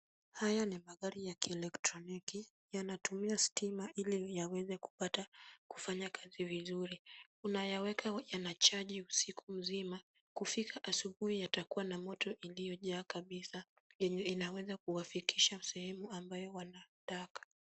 Haya ni magari ya kielektroniki, yanatumia stima ili yawezekupata kufanya kazi vizuri. Unayaweka yanachaji usiku mzima, kufika asubuhi yatakua na moto iliyojaa kabisa yenye inaweza kuwafikisha sehemu ambayo wanataka.